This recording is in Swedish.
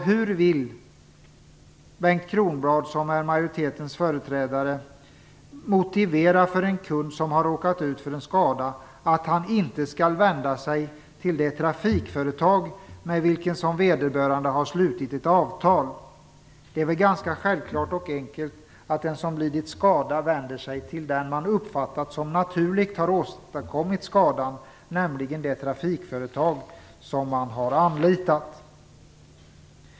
Hur vill Bengt Kronblad, som är majoritetens företrädare, motivera för en kund som har råkat ut för en skada att han inte skall vända sig till det trafikföretag med vilket vederbörande har slutit ett avtal? Det är väl ganska självklart att den som lidit skada vänder sig till den som man naturligt har uppfattat har åstadkommit skadan, nämligen det trafikföretag som man har anlitat.